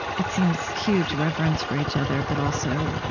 it seems, huge reverence for each other, but also,